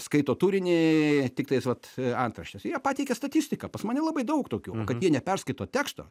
skaito turinį tiktais vat antraštes ir jie pateikia statistiką pas mane labai daug tokių kad jie neperskaito teksto